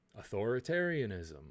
authoritarianism